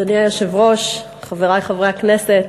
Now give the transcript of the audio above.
אדוני היושב-ראש, חברי חברי הכנסת,